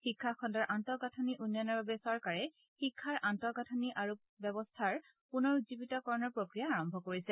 শিক্ষা খণ্ডৰ আন্তঃগাঁথনিৰ উন্নয়নৰ বাবে চৰকাৰে শিক্ষাৰ আন্তঃগাঁথনি আৰু ব্যৱস্থা পুনৰুজীৱিতকৰণৰ প্ৰক্ৰিয়া আৰম্ভ কৰিছে